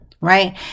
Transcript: right